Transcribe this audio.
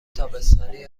تابستانی